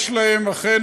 עוד דקה.